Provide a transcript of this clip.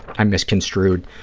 i misconstrued,